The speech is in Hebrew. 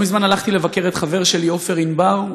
לא מזמן הלכתי לבקר את החבר שלי עופר ענבר.